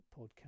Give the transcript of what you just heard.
podcast